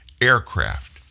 aircraft